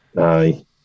Aye